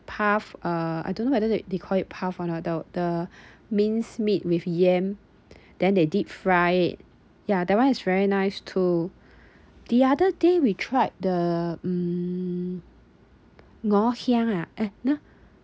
puff uh I don't know whether they they call it puff or not the the minced meat with yam then they deep fry it yeah that one is very nice too the other day we tried the mm ngor hiang ah eh no